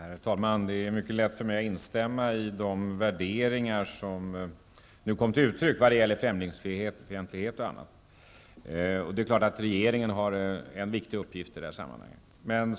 Herr talman! Det är mycket lätt för mig att instämma i de värderingar som nu kom till uttryck i vad gäller främlingsfientlighet och annat. Det är klart att regeringen har en viktig uppgift i det sammanhanget.